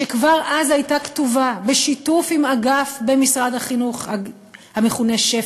שכבר אז הייתה כתובה בשיתוף עם אגף במשרד החינוך המכונה שפ"י.